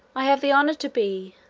i have the honour to be,